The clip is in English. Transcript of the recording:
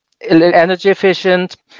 energy-efficient